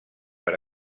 per